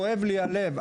כואב לי הלב.